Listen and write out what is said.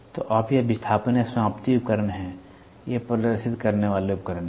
तो आप यह विस्थापन या समाप्ति उपकरण हैं ये प्रदर्शित करने वाले उपकरण हैं